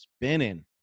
spinning